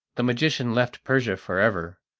the magician left persia for ever,